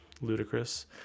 ludicrous